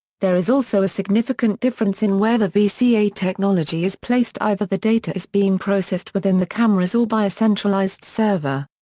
there is also a significant difference in where the vca technology is placed, either the data is being processed within the cameras or by a centralized server.